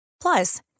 Plus